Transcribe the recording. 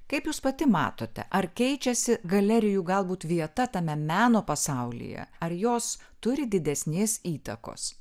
kaip jūs pati matote ar keičiasi galerijų galbūt vieta tame meno pasaulyje ar jos turi didesnės įtakos